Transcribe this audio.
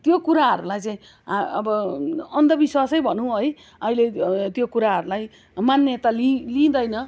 त्यो कुराहरूलाई चाहिँ अब अन्धविश्वासै भनौँ है अहिले त्यो कुराहरूलाई मान्यता लि लिदैन